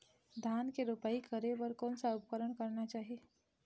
धान के रोपाई करे बर कोन सा उपकरण करना चाही?